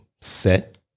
set